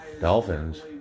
Dolphins